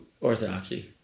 orthodoxy